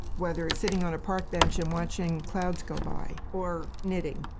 whether it's sitting on a park bench and watching clouds go by, or knitting,